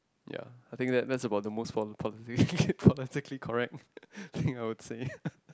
ya I think that that's about the most political~ politically correct thing I would say